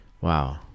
Wow